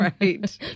Right